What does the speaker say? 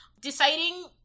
deciding